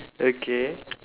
okay